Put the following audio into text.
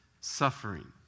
suffering